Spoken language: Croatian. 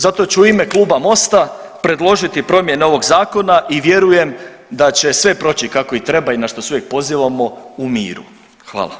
Zato ću u ime Kluba Mosta predložiti promjene ovog zakona i vjerujem da će sve proći kako i treba i na što se uvijek pozivamo u miru.